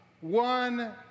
one